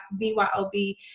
BYOB